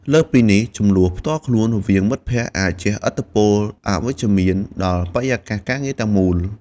លើសពីនេះ ជម្លោះផ្ទាល់ខ្លួនរវាងមិត្តភក្តិអាចជះឥទ្ធិពលអវិជ្ជមានដល់បរិយាកាសការងារទាំងមូល។